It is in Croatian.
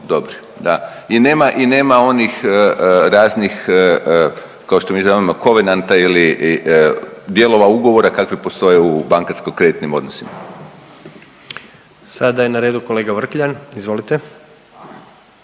dobri, da i nema i nema onih raznih kao što mi zovemo kovinanta ili dijelova ugovora kakvi postoje u bankarsko kreditnim odnosima. **Jandroković, Gordan (HDZ)** Sada je na redu kolega Vrkljan, izvolite.